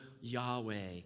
Yahweh